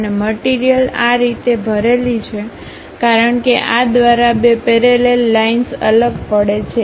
અને મટીરીયલ આ રીતે ભરેલી છે કારણ કે આ દ્વારા બે પેરેલલ લાઈનસ અલગ પડે છે